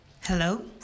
Hello